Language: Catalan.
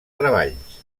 treballs